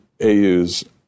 AU's